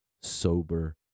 sober